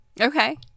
Okay